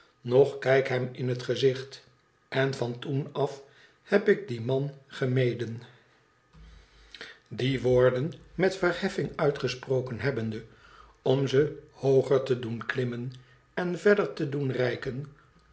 noch kijk hem in het gezicht en van toen af heb ik dien man gesmeden die woorden met verheffing uitgesproken hebbende om ze hooger te doen klimmen en verder te doen reiken